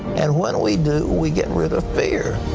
and when we do, we get rid of fear.